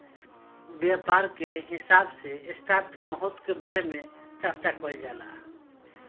व्यापार के हिसाब से स्टॉप के महत्व के बारे में चार्चा कईल जाला